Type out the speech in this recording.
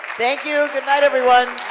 thank you. goodnight everyone.